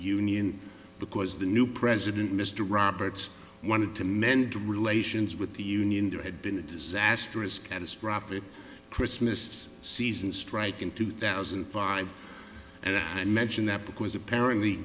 union because the new president mr roberts wanted to mend relations with the union there had been a disastrous catastrophic christmas season strike in two thousand and five and i mention that because apparently